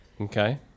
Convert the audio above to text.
Okay